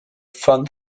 fun